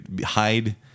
hide